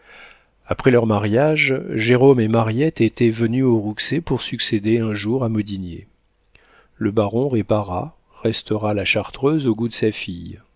après leur mariage jérôme et mariette étaient venus aux rouxey pour succéder un jour à modinier le baron répara restaura la chartreuse au goût de sa fille